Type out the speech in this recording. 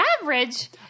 Average